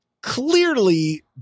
clearly